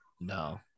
No